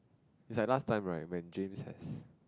is like last time right when Jeans has